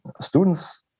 students